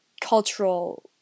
cultural